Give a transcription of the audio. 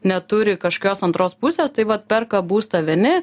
neturi kažkokios antros pusės tai vat perka būstą vieni